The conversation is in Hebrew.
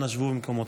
אנא שבו במקומותיכם.